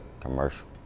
Commercial